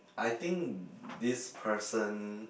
I think this person